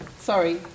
Sorry